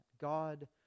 God